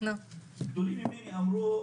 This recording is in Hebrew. גדולים ממני אמרו,